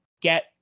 get